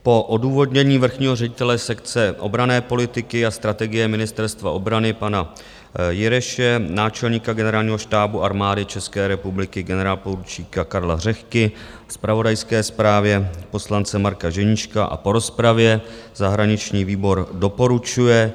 Po odůvodnění vrchního ředitele sekce obranné politiky a strategie Ministerstva obrany pana Jireše, náčelníka Generálního štábu Armády České republiky generálporučíka Karla Řehky, zpravodajské zprávě poslance Marka Ženíška a po rozpravě zahraniční výbor doporučuje